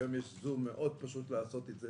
היום יש זום, פשוט מאוד לעשות את זה.